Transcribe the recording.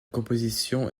composition